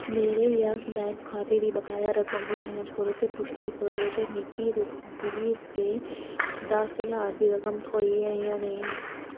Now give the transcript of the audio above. मेरे yes bank खाते दी बकाया रकम दी जांच करो ते पुश्टी करो जे मिगी बीह् रपेऽ दस ज्हार दी रकम थ्होई ऐ जां नेईं